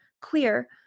queer